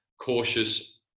cautious